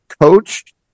coached